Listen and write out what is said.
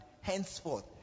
henceforth